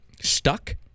stuck